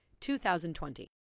2020